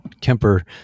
Kemper